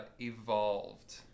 evolved